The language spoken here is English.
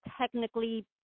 technically